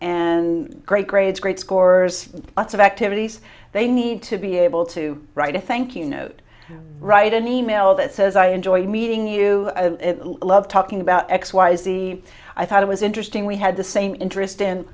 and great grades great scores lots of activities they need to be able to write a thank you note write an email that says i enjoyed meeting you love talking about x y z i thought it was interesting we had the same interest in